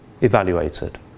evaluated